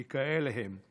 כי כאלה הם.